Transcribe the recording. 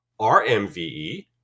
RMVE